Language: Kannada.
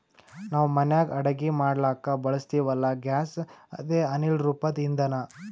ನಾವ್ ಮನ್ಯಾಗ್ ಅಡಗಿ ಮಾಡ್ಲಕ್ಕ್ ಬಳಸ್ತೀವಲ್ಲ, ಗ್ಯಾಸ್ ಅದೇ ಅನಿಲ್ ರೂಪದ್ ಇಂಧನಾ